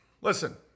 Listen